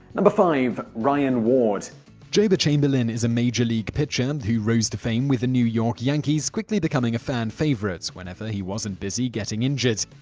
um five. ryan ward joba chamberlain is a major league pitcher and who rose to fame with the new york yankees, quickly becoming a fan favorite whenever he wasn't busy getting injured.